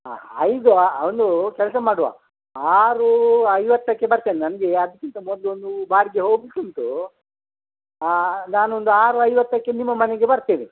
ಹಾಂ ಐದು ಒಂದು ಕೆಲಸ ಮಾಡುವ ಆರು ಐವತ್ತಕ್ಕೆ ಬರ್ತೇನೆ ನನಗೆ ಅದಕ್ಕಿಂತ ಮೊದಲು ಒಂದು ಬಾಡಿಗೆ ಹೋಗ್ಲಿಕ್ಕೆ ಉಂಟು ನಾನೊಂದು ಆರು ಐವತ್ತಕ್ಕೆ ನಿಮ್ಮ ಮನೆಗೆ ಬರ್ತೇವೆ